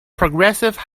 progressive